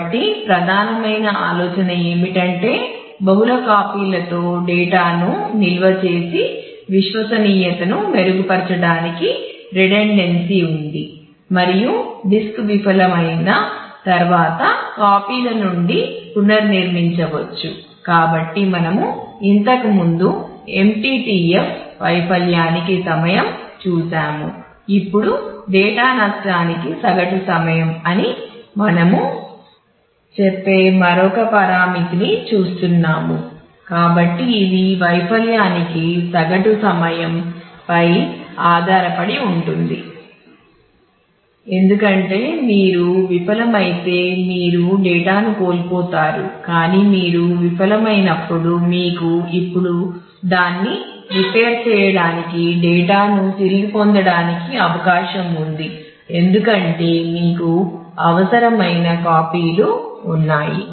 కాబట్టి ప్రధానమైన ఆలోచన ఏమిటంటే బహుళ కాపీలు ఉన్నాయి